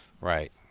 Right